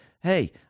Hey